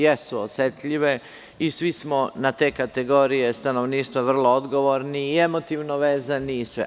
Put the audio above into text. Jesu osetljive i svi smo na te kategorije stanovništva vrlo odgovorni i emotivno vezani.